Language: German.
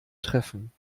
treffen